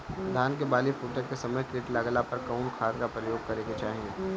धान के बाली फूटे के समय कीट लागला पर कउन खाद क प्रयोग करे के चाही?